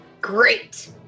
Great